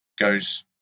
goes